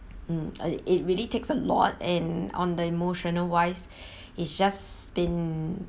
mm it really takes a lot and on the emotional wise it's just been